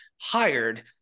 hired